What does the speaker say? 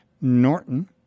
Norton